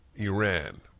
Iran